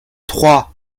trois